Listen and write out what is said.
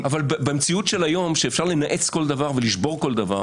במציאות של היום שאפשר לנאץ כל דבר ולשבור כל דבר